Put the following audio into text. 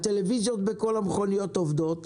הטלוויזיות במכוניות עובדות.